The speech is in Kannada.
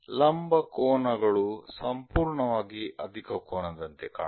ಲಂಬಕೋನಗಳು ಸಂಪೂರ್ಣವಾಗಿ ಅಧಿಕ ಕೋನದಂತೆ ಕಾಣುತ್ತದೆ